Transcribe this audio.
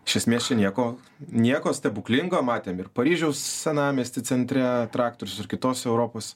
iš esmės čia nieko nieko stebuklingo matėm ir paryžiaus senamiesty centre traktorius ir kitos europos